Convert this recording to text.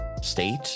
state